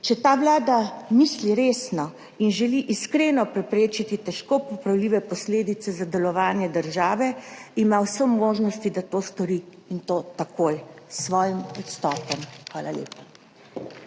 če ta Vlada misli resno in želi iskreno preprečiti težko popravljive posledice za delovanje države, ima vse možnosti, da to stori in to takoj s svojim odstopom. Hvala lepa.